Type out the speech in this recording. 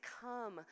come